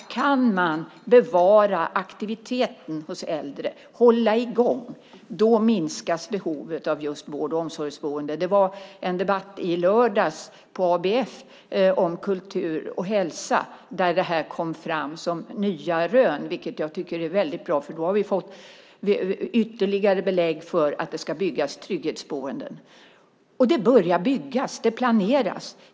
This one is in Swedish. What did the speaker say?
Kan man bevara aktiviteten hos äldre, om de får hålla i gång, minskas behovet av just vård och omsorgsboende. Det var en debatt i lördags på ABF om kultur och hälsa där det här kom fram som nya rön. Det tycker jag är väldigt bra. Då har vi fått ytterligare belägg för att det ska byggas trygghetsboenden. Och det börjar byggas. Det planeras.